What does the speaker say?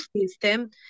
system